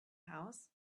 house